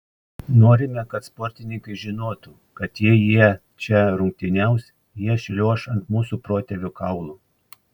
norime kad sportininkai žinotų kad jei jie čia rungtyniaus jie šliuoš ant mūsų protėvių kaulų